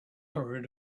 hurried